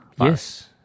Yes